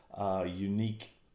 unique